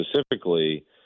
specifically